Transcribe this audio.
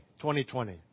2020